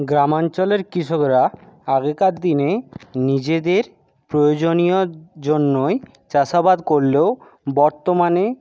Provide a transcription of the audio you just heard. গ্রামাঞ্চলের কৃষকরা আগেকার দিনে নিজেদের প্রয়োজনীয়র জন্যই চাষাবাদ করলেও বর্তমানে